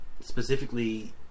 specifically